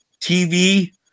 TV